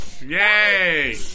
Yay